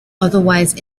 otherwise